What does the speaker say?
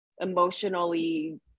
emotionally